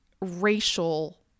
racial